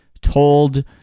told